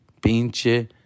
pinche